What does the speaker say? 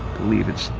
believe it's